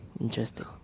interesting